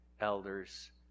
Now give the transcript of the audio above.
elders